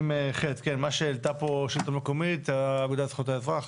330ח. מה שהעלו פה מרכז השלטון המקומי והאגודה לזכויות האזרח.